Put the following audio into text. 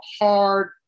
hard